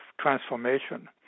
transformation